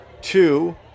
Two